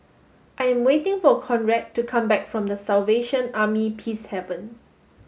I am waiting for Conrad to come back from The Salvation Army Peacehaven